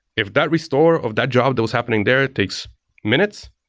if that restore of that job that was happening there takes minutes.